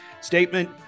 statement